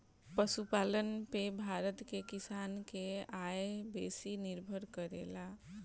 पशुपालन पे भारत के किसान के आय बेसी निर्भर करेला